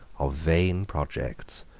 of vain projects,